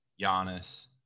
Giannis